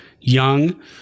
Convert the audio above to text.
young